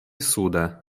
sude